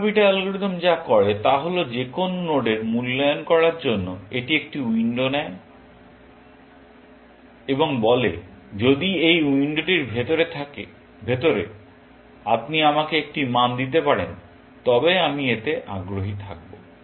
alpha beta algorithm যা করে তা হল যে কোনও নোডের মূল্যায়ন করার জন্য এটি একটি উইন্ডো দেয় এবং বলে যদি এই উইন্ডোটির ভিতরে আপনি আমাকে একটি মান দিতে পারেন তবে আমি এতে আগ্রহী থাকব